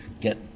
get